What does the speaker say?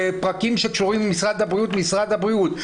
פרקים שקשורים למשרד הבריאות משרד הבריאות,